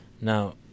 now